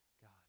God